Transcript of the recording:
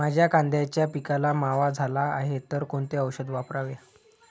माझ्या कांद्याच्या पिकाला मावा झाला आहे तर कोणते औषध वापरावे?